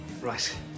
Right